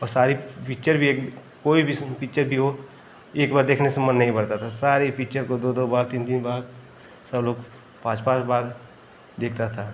और सारी पिच्चर भी एक कोई भी पिच्चर की हो एक बार देखने से मन नही भरता था सारी पिच्चर को दो दो बार तीन तीन बार सब लोग पाँच पाँच बार देखता था